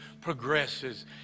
progresses